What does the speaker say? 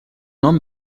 nom